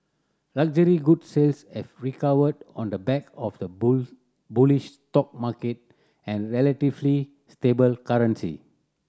luxury goods sales have recovered on the back of the bullish stock market and relatively stable currency